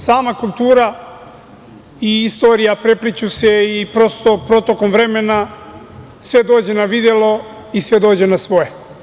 Sama kultura i istorija prepliću se i, prosto, protokom vremena sve dođe na videlo i sve dođe na svoje.